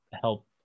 help